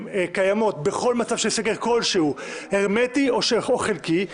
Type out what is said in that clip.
קיימות בכל מצב של סגר כלשהו, הרמטי או חלקי.